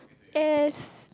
yes